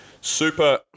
super